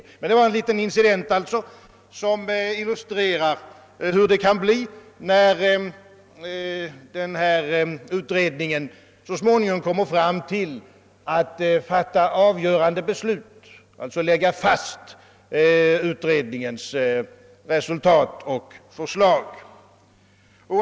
Det var alltså en liten incident som illustrerar hur det kan bli när utredningen så småningom kommer att kunna presentera ett förslag.